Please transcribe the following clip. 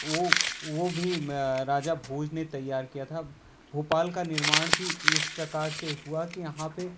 वो वो भी राजा भोज ने तैयार किया था भोपाल का निर्माण भी इस प्रकार से हुआ कि यहाँ पे